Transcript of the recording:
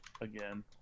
Again